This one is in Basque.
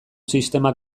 sistema